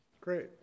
Great